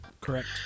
Correct